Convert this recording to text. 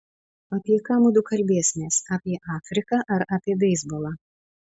apie ką mudu kalbėsimės apie afriką ar apie beisbolą